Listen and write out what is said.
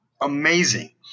amazing